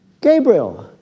Gabriel